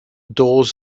doors